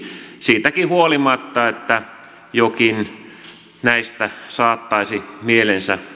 siitäkin huolimatta että joku näistä saattaisi mielensä